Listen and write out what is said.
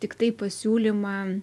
tiktai pasiūlymą